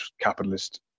capitalist